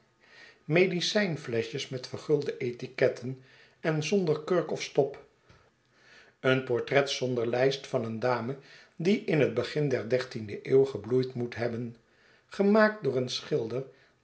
medicijnfleschjes met vergulde etiketten en zonder kurk of stop een portret zonder lijst van een dame die in het begin der dertiende eeuw gebloeid moet hebben gemaakt door een schilder